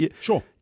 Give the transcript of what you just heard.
Sure